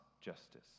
justice